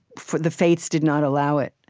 the fates did not allow it